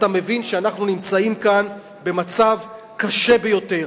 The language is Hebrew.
אתה מבין שאנחנו נמצאים כאן במצב קשה ביותר.